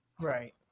right